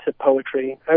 poetry